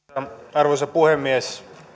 arvoisa puhemies